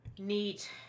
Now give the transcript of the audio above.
Neat